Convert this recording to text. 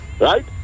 Right